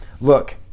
Look